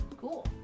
Cool